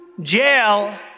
jail